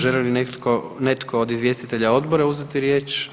Želi li netko od izvjestitelja odbora uzeti riječ?